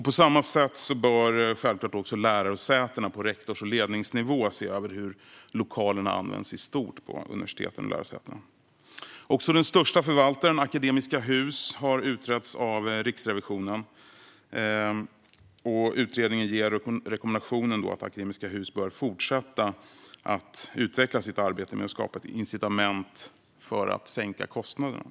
På samma sätt bör självklart också lärosätena, på rektors och ledningsnivå, se över hur lokalerna används i stort på universiteten och lärosätena. Också den största förvaltaren, Akademiska Hus, har utretts av Riksrevisionen. Utredningen ger rekommendationen att Akademiska Hus bör fortsätta att utveckla sitt arbete med att skapa incitament för att sänka kostnaderna.